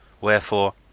wherefore